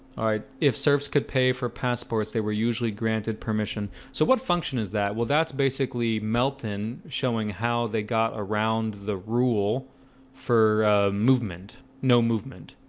alright if serfs could pay for passports they were usually granted permission so what function is that well, that's basically melton showing how they got around the rule for movement no movement.